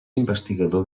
investigador